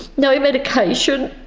no medication,